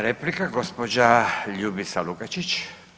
Replika gospođa Ljubica Lukačić.